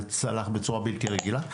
זה צלח בצורה בלתי רגילה.